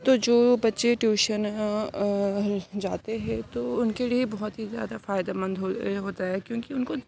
تو جو بچے ٹیوشن جاتے ہیں تو ان کے لیے بہت ہی زیادہ فائدہ مند ہو ہوتا ہے کیونکہ ان کو